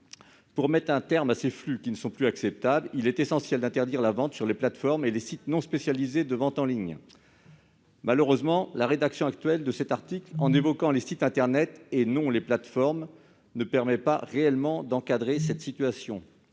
Pour mettre un terme à ces flux, qui ne sont plus acceptables, il est essentiel d'interdire la vente d'animaux sur les plateformes et sites non spécialisés. Malheureusement, la rédaction de cet article, en évoquant les sites internet et non les plateformes, ne permet pas d'encadrer réellement cette situation.